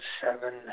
seven